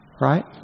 right